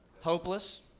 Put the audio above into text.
Hopeless